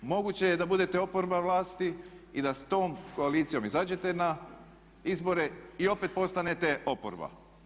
Moguće je da budete oporba vlasti i da s tom koalicijom izađete na izbore i opet postanete oporba.